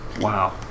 wow